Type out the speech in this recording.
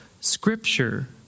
Scripture